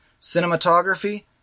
cinematography